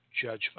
judgment